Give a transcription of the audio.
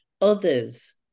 others